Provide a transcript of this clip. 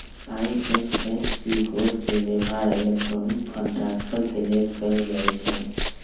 IFSC code के व्यव्हार electronic fund transfer के लेल कएल जाइ छइ